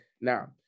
Now